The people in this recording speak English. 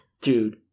dude